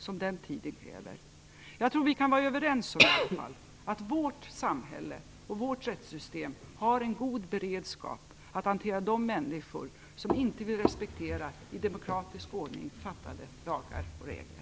Jag tror att vi i vart fall kan vara överens om att vårt samhälle och vårt rättssystem har en god beredskap att hantera de människor som inte vill respektera i demokratisk ordning stiftade lagar och regler.